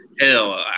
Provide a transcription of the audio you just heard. hell